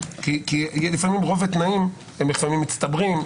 לפעמים רוב התנאים מצטברים,